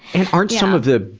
and aren't some of the,